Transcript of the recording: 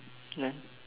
then